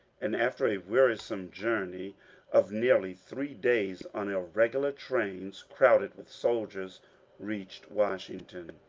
and after a wearisome journey of nearly three days on irregular trains crowded with soldiers reached washington.